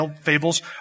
fables